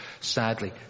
sadly